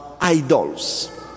idols